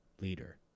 leader